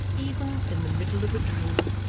even in the middle of a dream